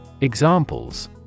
Examples